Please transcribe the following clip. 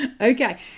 Okay